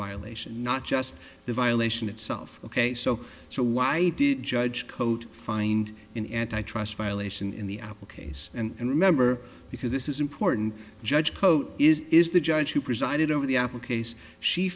violation not just the violation itself ok so so why did judge coat find an antitrust violation in the apple case and remember because this is important judge cote is is the judge who presided over the apple case she